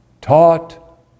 taught